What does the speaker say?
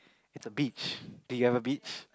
it's a beach do you have a beach